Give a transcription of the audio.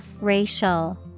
Racial